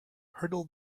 hurdle